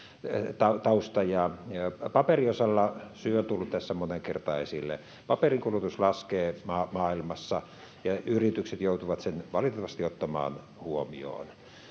paperin osalta syy on tullut tässä moneen kertaan esille. Paperin kulutus laskee maailmassa, ja yritykset joutuvat sen valitettavasti ottamaan huomioon.